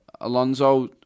Alonso